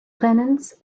rennens